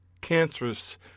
cancerous